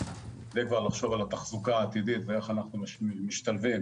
כדי לחשוב על התחזוקה העתידית ואיך אנחנו משתלבים